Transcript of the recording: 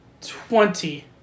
twenty